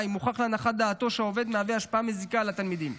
אם הוכח להנחת דעתו שעובד מהווה השפעה מזיקה על התלמידים.